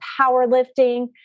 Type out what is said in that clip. powerlifting